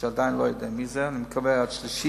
שאני עדיין לא יודע מי זה, אני מקווה עד שלישי,